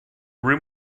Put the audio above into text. room